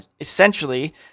essentially